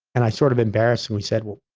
and i sort of embarrassingly said, well,